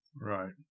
right